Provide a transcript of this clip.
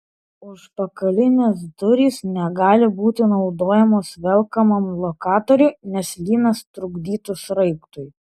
užpakalinės durys negali būti naudojamos velkamam lokatoriui nes lynas trukdytų sraigtui